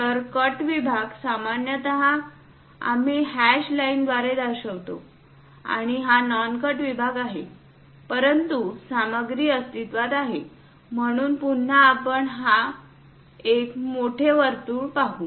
तर कट विभाग सामान्यतः आम्ही हॅश लाईनद्वारे दर्शवितो आणि हा नॉन कट विभाग आहे परंतु सामग्री अस्तित्त्वात आहे म्हणून पुन्हा आपण एक मोठे वर्तुळ पाहू